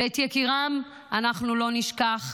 ואת יקיריהן אנחנו לא נשכח,